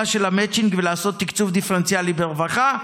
של המצ'ינג ולעשות תקצוב דיפרנציאלי ברווחה.